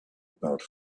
about